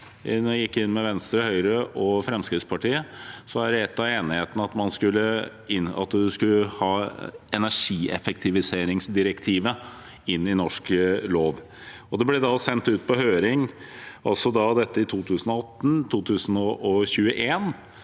Venstre gikk inn i regjering med Høyre og Fremskrittspartiet – var en av enighetene at man skulle ta energieffektiviseringsdirektivet inn i norsk lov. Det ble sendt ut på høring i 2018 og 2021,